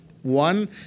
One